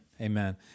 Amen